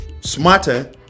smarter